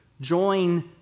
Join